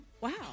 Wow